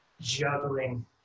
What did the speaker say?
juggling